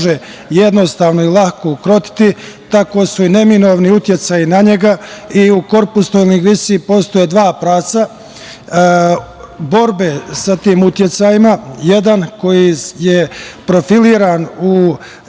jednostavno i lako ukrotiti, tako su i neminovni uticaji na njega. U korpusnoj lingvistici postoje dva pravca borbe sa tim uticajima. Jedan koji je profilisan u